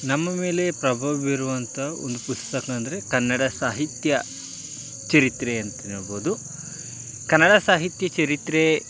ನಮ್ಮ ಮೇಲೆ ಪ್ರಭಾವ ಬೀರುವಂತ ಒಂದು ಪುಸ್ತಕ ಅಂದರೆ ಕನ್ನಡ ಸಾಹಿತ್ಯ ಚರಿತ್ರೆ ಅಂತಲೇ ಹೇಳ್ಬೋದು ಕನ್ನಡ ಸಾಹಿತ್ಯ ಚರಿತ್ರೆ